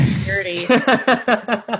security